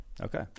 Okay